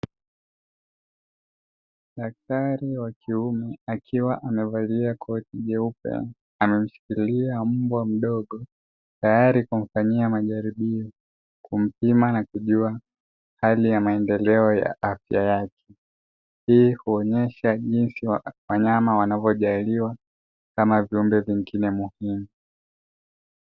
Daktari wa kiume akiwa amevalia koti jeupe amemshikilia mbwa mdogo tayari kumfanyia majaribio, kumpima na kujua hali ya maendeleo ya afya yake. Hii huonyesha jinsi wanyama wanavyojaliwa kama viumbe vingine muhimu.